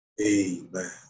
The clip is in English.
Amen